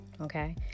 okay